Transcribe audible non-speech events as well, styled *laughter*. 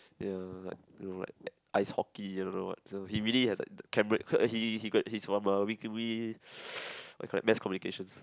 ya like you know like ice-hockey don't know what he really has the he he got he is from uh Wee Kim Wee *noise* what you call that mass communications